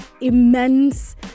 immense